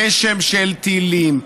גשם של טילים.